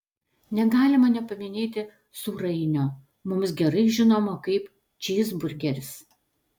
negalima nepaminėti sūrainio mums gerai žinomo kaip čyzburgeris